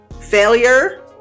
Failure